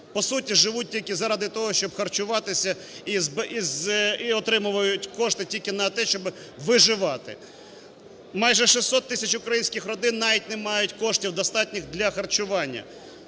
по суті живуть тільки заради того, щоб харчуватися і отримують кошти тільки на те, щоби виживати. Майже 600 тисяч українських родин навіть не мають коштів достатніх для харчування.